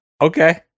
Okay